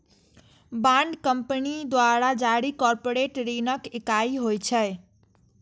bond company द्वारा जारी corporate ऋणक इकाइ होइ छै